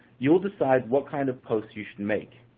you will decide what kind of posts you should make.